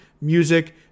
music